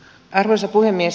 arvoisa puhemies